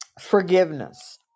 Forgiveness